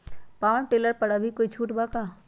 Power tiller पर अभी कोई छुट बा का?